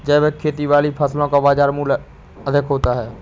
जैविक खेती वाली फसलों का बाज़ार मूल्य अधिक होता है